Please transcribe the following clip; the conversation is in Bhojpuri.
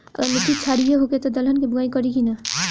अगर मिट्टी क्षारीय होखे त दलहन के बुआई करी की न?